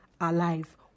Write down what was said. alive